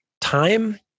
time